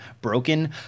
Broken